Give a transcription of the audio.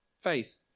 Faith